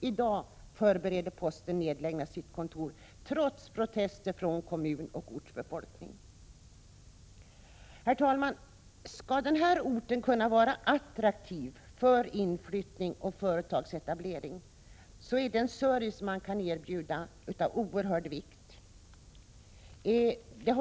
I dag förbereder postverket nedläggning av sitt kontor, trots protester från kommunen och ortsbefolkningen. Herr talman! Om den här orten skall kunna vara attraktiv för inflyttning och företagsetablering, då är den service man kan erbjuda av oerhört stor vikt.